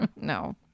No